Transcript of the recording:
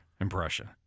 impression